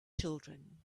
children